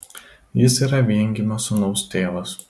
jis yra viengimio sūnaus tėvas